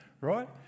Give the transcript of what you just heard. right